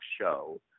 show